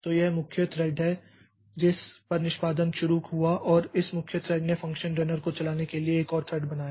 तो यह मुख्य थ्रेड है जिस पर निष्पादन शुरू हुआ और इस मुख्य थ्रेड ने फ़ंक्शन रनर को चलाने के लिए एक और थ्रेड बनाया